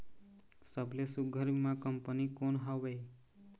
सबले सुघ्घर बीमा कंपनी कोन हवे?